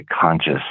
conscious